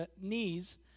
knees